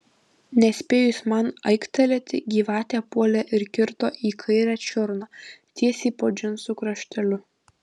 nespėjus man aiktelėti gyvatė puolė ir kirto į kairę čiurną tiesiai po džinsų krašteliu